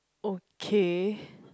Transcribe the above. okay